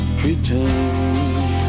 pretend